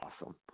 awesome